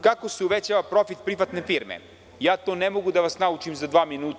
Kako se uvećava profit privatne firme ne mogu da vas naučim za dva minuta.